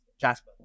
Jasper